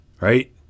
right